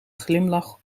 glimlach